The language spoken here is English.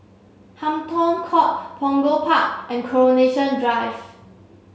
Hampton Court Punggol Park and Coronation Drive